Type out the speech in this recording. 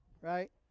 right